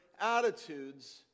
attitudes